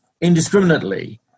indiscriminately